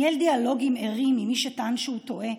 וניהל דיאלוגים ערים עם מי שטען שהוא טועה,